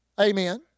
Amen